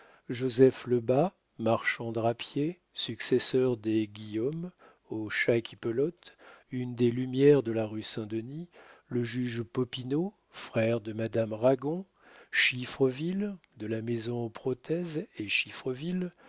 joseph lebas marchand drapier successeur des guillaume au chat qui pelote une des lumières de la rue saint-denis le juge popinot frère de madame ragon chiffreville de la maison protez et